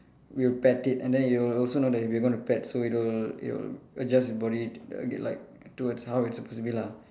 we will pet it and then it will also know that we are gonna pet so it will it will adjust it's body to uh get like towards how it's supposed to be lah